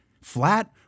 flat